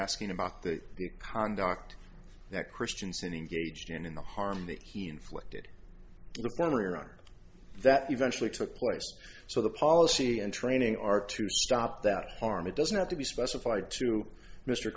asking about the conduct that christianson engaged in in the harm that he inflicted upon or on that eventually took place so the policy and training are to stop that harm it doesn't have to be specified to mr